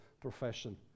profession